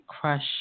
crush